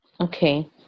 okay